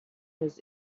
his